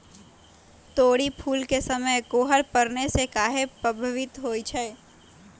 तोरी फुल के समय कोहर पड़ने से काहे पभवित होई छई?